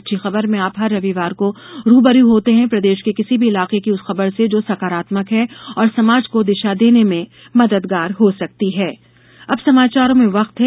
अच्छी खबर में आप हर रविवार रूबरू होते हैं प्रदेश के किसी भी इलाके की उस खबर से जो सकारात्मक है और समाज को दिशा देने में मददगार हो सकती है